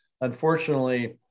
unfortunately